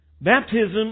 Baptism